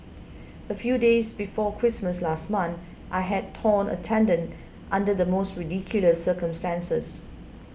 a few days before Christmas last month I had torn a tendon under the most ridiculous circumstances